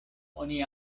oni